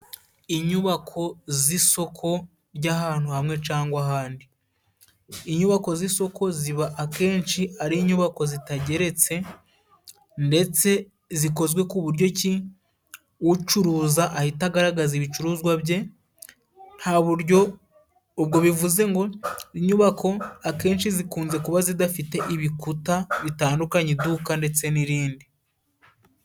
Inyubako z'isoko ry'ahantu hamwe cangwa ahandi, inyubako z'isoko ziba akenshi ari inyubako zitageretse ndetse zikozwe k'uburyo ki ucuruza ahita agaragaza ibicuruzwa bye nta buryo, ubwo bivuze ngo inyubako akenshi zikunze kuba zidafite ibikuta bitandukanya iduka ndetse n'irindi.